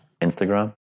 Instagram